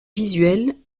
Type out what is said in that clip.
visuel